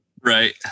Right